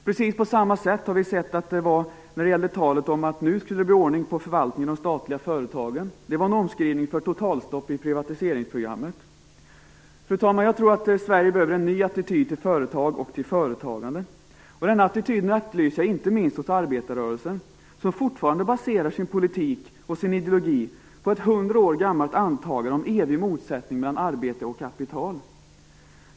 Precis på samma sätt var det när det gällde talet om att det nu skulle bli ordning på förvaltningen av de statliga företagen. Det var en omskrivning för totalstopp i privatiseringsprogrammet. Fru talman! Jag tror att Sverige behöver en ny attityd till företag och företagande. Denna attityd efterlyser jag inte minst hos arbetarrörelsen, som fortfarande baserar sin politik och sin ideologi på ett 100 år gammalt antagande om evig motsättning mellan arbete och kapital.